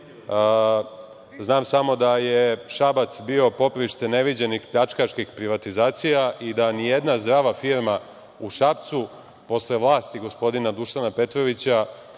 Znam samo da je Šabac bio poprište neviđenih pljačkaških privatizacija i da ni jedna zdrava firma u Šapcu, posle vlasti gospodina Dušana Petrovića,